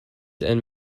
and